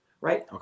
Right